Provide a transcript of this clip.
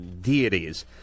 deities